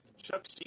Chuck